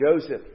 Joseph